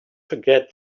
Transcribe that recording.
forget